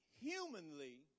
humanly